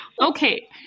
Okay